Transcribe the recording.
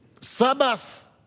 Sabbath